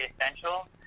essential